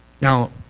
Now